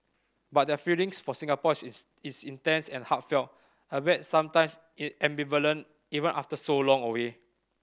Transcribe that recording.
but their feelings for Singapore is intense and heartfelt albeit sometimes it ambivalent even after so long away